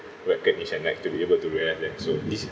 recognition like to be able to realise that so this